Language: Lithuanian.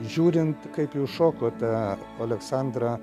žiūrint kaip jūs šokote aleksandra